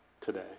today